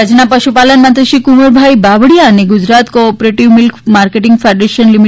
રાજ્યના પશુપાલન મંત્રી શ્રી કુંવરજીભાઈ બાવળિયા અને Gujarat co operative milk marketing federation લી